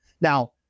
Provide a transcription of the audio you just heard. now